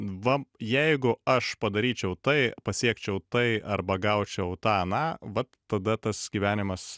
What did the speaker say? va jeigu aš padaryčiau tai pasiekčiau tai arba gaučiau tą ana vat tada tas gyvenimas